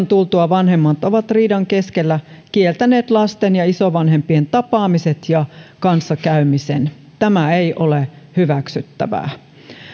tultua vanhemmat ovat riidan keskellä kieltäneet lasten ja isovanhempien tapaamiset ja kanssakäymisen tämä ei ole hyväksyttävää